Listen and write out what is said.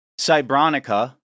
Cybronica